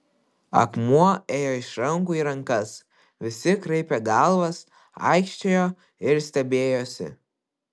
akmuo ėjo iš rankų į rankas visi kraipė galvas aikčiojo ir stebėjosi